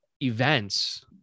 events